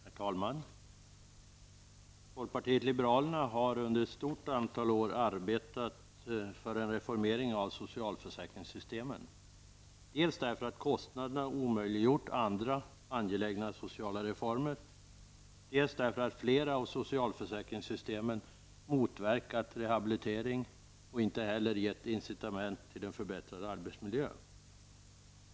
Herr talman! Folkpartiet liberalerna har under ett stort antal år arbetat för en reformering av socialförsäkringssystemen, dels därför att kostnaderna omöjliggjort andra angelägna sociala reformer, dels därför att flera av socialförsäkringssystemen motverkat rehabilitering och inte heller gett incitament till en förbättrad arbetsmiljö.